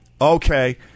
Okay